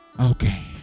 okay